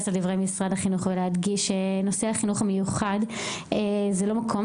לדברי משרד החינוך ולהדגיש שנושא החינוך המיוחד זה לא מקום,